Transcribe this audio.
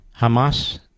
Hamas